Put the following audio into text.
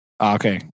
Okay